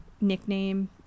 nickname